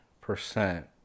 percent